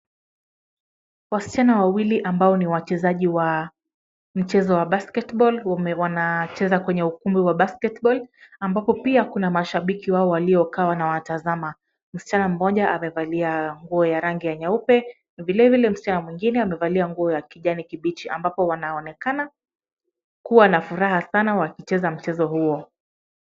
Wasichana wawili ambao ni wachezaji wa mchezo wa basketball wanacheza kwenye ukumbi wa basketball ambapo pia kuna mashabiki ambao waliokaa wanawatazama. Msichana mmoja amevalia nguo ya rangi ya nyeupe. Vile vile msichana mwingine amevalia nguo ya kijani kibichi, ambapo wanaonekana kuwa na furaha sana wakicheza mchezo huo.